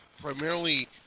primarily